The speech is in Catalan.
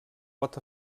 pot